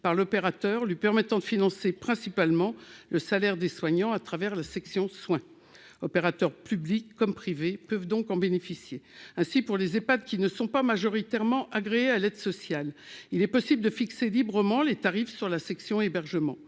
par l'opérateur, lui permettant de financer principalement le salaire des soignants, à travers la section soins. Les opérateurs publics et privés peuvent donc en bénéficier. Les Ehpad qui ne sont pas majoritairement agréés à l'aide sociale peuvent fixer librement leurs tarifs sur la section hébergement,